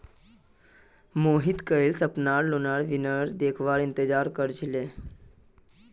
मोहित कइल स अपनार लोनेर विवरण देखवार इंतजार कर छिले